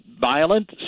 violent